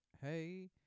hey